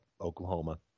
Oklahoma